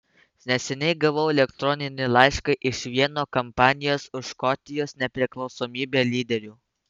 neseniai gavau elektroninį laišką iš vieno kampanijos už škotijos nepriklausomybę lyderių